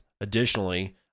Additionally